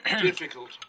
Difficult